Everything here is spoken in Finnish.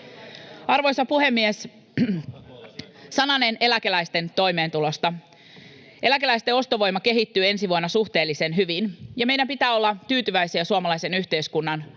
Arvoisa puhemies! Sananen eläkeläisten toimeentulosta. Eläkeläisten ostovoima kehittyy ensi vuonna suhteellisen hyvin, ja meidän pitää olla tyytyväisiä suomalaisen yhteiskunnan rakenteiden